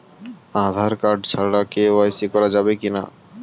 Aadhaar card ছাড়া KYC করা যাবে কি না?